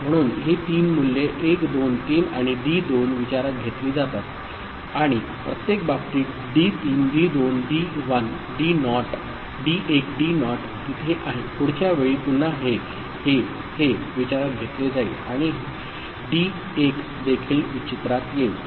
म्हणून ही तीन मूल्ये 1 2 3 आणि डी 2 विचारात घेतली जातात आणि प्रत्येक बाबतीत d3 d2 d1 d not तिथे आहे पुढच्या वेळी पुन्हाहेहेहे विचारात घेतले जाईल आणि डी 1 देखील चित्रात येईल